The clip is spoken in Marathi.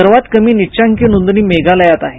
सर्वांत कमी नीचांकी नोंदणी मेघालयात आहे